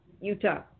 Utah